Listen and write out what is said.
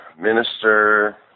minister